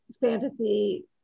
fantasy